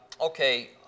okay